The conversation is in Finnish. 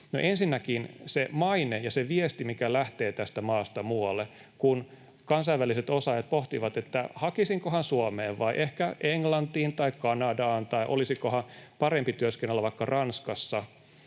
ensinnäkin se maine ja se viesti, mikä lähtee tästä maasta muualle, kun kansainväliset osaajat pohtivat, että hakisinkohan Suomeen vai ehkä Englantiin tai Kanadaan tai olisikohan parempi työskennellä vaikka Ranskassa